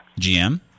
GM